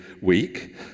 week